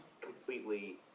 completely